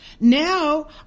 Now